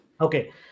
Okay